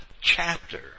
chapter